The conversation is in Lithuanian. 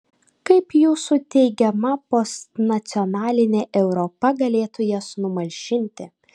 kaip jūsų teigiama postnacionalinė europa galėtų jas numalšinti